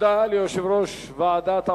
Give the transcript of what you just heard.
תודה ליושב-ראש ועדת העבודה,